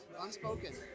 Unspoken